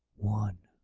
one.